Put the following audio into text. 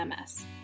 MS